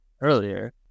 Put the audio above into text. earlier